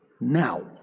now